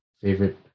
favorite